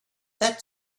that